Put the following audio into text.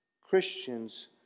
Christians